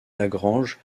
lagrange